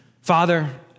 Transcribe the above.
Father